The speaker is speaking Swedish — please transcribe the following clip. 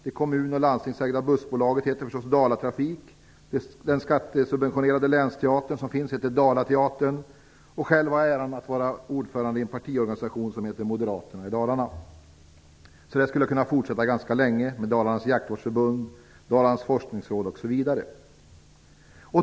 Det kommun och landstingsägda bussbolaget heter förstås Dalatrafik. Den skattesubventionerade länsteatern heter Dalateatern. Och själv har jag äran att vara länsordförande i en partiorganisation som heter Moderaterna i Dalarna. Så här skulle jag kunna fortsätta ganska länge med Dalarnas jaktvårdsförbund, Dalarnas forskningsråd osv.